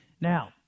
Now